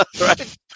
right